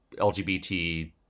LGBT